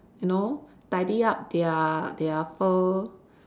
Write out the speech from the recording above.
you know tidy up their their fur